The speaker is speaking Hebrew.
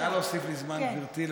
נא להוסיף לי זמן, גברתי.